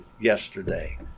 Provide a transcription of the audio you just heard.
yesterday